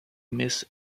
miss